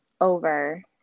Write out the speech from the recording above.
over